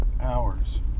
hours